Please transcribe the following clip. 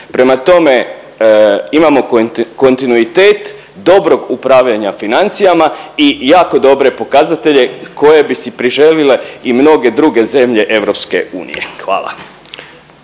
Prema tome, imamo kontinuitet dobrog upravljanja financijama i jako dobre pokazatelje koje bi si priželile i mnoge druge zemlje EU. Hvala.